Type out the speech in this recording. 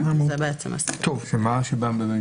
שמה?